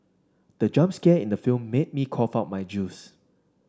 the jump scare in the film made me cough out my juice